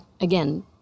again